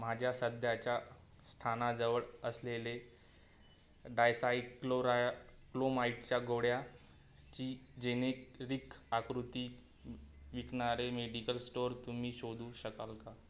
माझ्या सध्याच्या स्थानाजवळ असलेले डायसाइक्लोराक्लोमाइटच्या गोळ्या ची जेनेरीक आकृती विकणारे मेडिकल स्टोअर तुम्ही शोधू शकाल का